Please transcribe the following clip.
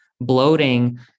bloating